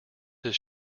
his